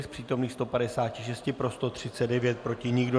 Z přítomných 156 pro 139, proti nikdo.